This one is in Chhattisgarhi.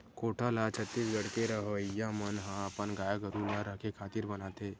कोठा ल छत्तीसगढ़ के रहवइया मन ह अपन गाय गरु ल रखे खातिर बनाथे